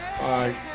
bye